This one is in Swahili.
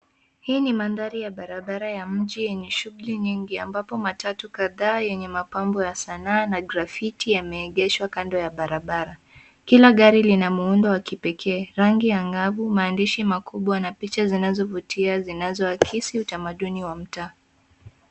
Hii ni mandhari ya barabara ya mji yenye shughuli nyingi ambapo matatu kadhaa yenye mapambo ya sanaa na grafiti yameegeshwa kando ya barabara. Kila gari lina muundo wa kipekee rangi angavu maamdishi makubwa na picha zinazovuti zinazoakisi utamaduni wa mtaa.